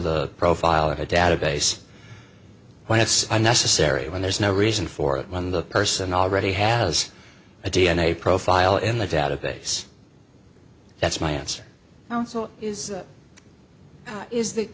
the profile of a database when it's unnecessary when there's no reason for it when the person already has a d n a profile in the database that's my answer also is that is the